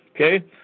Okay